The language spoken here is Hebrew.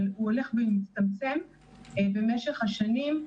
אבל הוא הולך ומצטמצם במשך השנים.